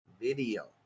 video